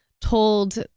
told